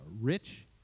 rich